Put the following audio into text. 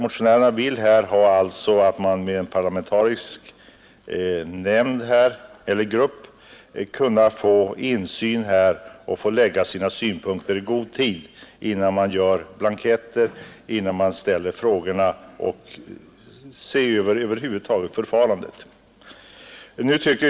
Motionärerna vill att man genom en sådan grupp skall få insyn i denna verksamhet och kunna lägga fram synpunkter i god tid innan blanketter görs upp och frågorna ställs samt över huvud taget se över hela förfarandet.